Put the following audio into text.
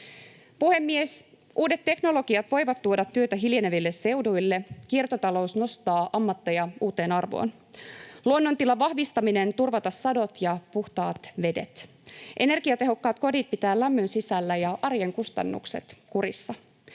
Puhemies! Uudet teknologiat voivat tuoda työtä hiljeneville seuduille, kiertotalous nostaa ammatteja uuteen arvoon, luonnontilan vahvistaminen turvata sadot ja puhtaat vedet. Energiatehokkaat kodit pitävät lämmön sisällä ja kustannukset kurissa,